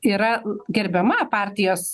yra gerbiama partijos